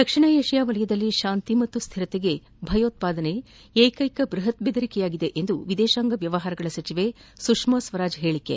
ದಕ್ಷಿಣ Asia ವಲಯದಲ್ಲಿ ಶಾಂತಿ ಮತ್ತು ಸ್ಟಿರತೆಗೆ ಭಯೋತ್ವಾದನೆ ಏಕ್ಲೆಕ ಬ್ಬಹತ್ ಬೆದರಿಕೆಯಾಗಿದೆ ಎಂದು ವಿದೇಶಾಂಗ ವ್ಯವಹಾರಗಳ ಸಚಿವೆ ಸುಷ್ಕಾ ಸ್ವರಾಜ್ ಹೇಳಿಕೆ